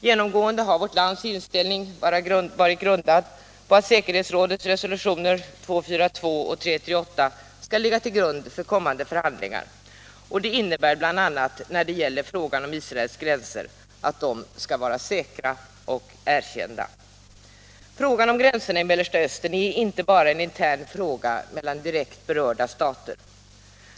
Genomgående har vårt lands inställning varit grundad på att säkerhetsrådets resolutioner 242 och 338 skall ligga till grund för kommande förhandlingar. Det innebär bl.a. när det gäller frågan om Israels gränser att dessa måste vara säkra och erkända. Frågan om gränserna i Mellersta Östern är inte bara en intern fråga mellan direkt berörda stater.